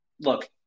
Look